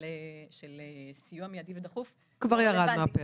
של סיוע מיידי ודחוף, כבר יורד מהפרק.